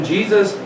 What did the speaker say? Jesus